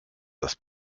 das